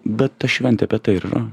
bet ta šventė apie tai ir yra